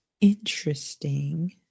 interesting